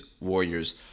Warriors